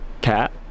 cat